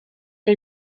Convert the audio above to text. que